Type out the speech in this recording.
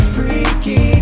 Freaky